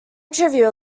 trivial